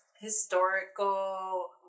historical